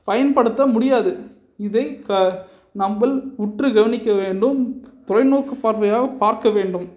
பயன்படுத்த முடியாது இதை க நம்பள் உற்று கவனிக்க வேண்டும் தொலைநோக்கு பார்வையால் பார்க்க வேண்டும்